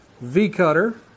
V-cutter